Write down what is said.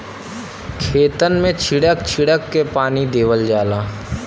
खेतन मे छीड़क छीड़क के पानी देवल जाला